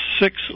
six